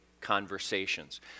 conversations